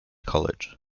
college